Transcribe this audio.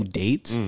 date